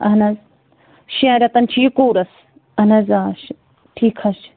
اَہن حظ شٮ۪ن رٮ۪تن چھُ یہِ کورُس اہن حظ آ ٹھیٖک حظ چھُ